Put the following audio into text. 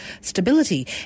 stability